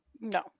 no